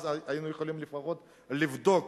אז היינו יכולים לפחות לבדוק,